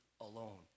alone